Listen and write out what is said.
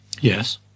Yes